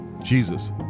Jesus